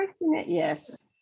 yes